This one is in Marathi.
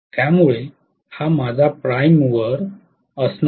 त्यामुळे हा माझा प्राइम मूवर असणार आहे